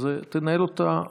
אז תנהל אותה בחוץ.